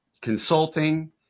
consulting